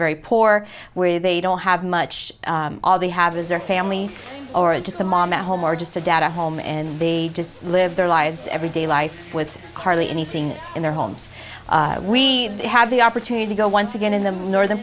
very poor where they don't have much all they have is their family or just a mom a home or just a data home and they just live their lives every day life with hardly anything in their homes we we have the opportunity go once again in the northern